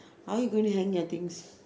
how are you going to hang your things